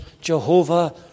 Jehovah